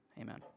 amen